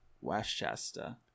Westchester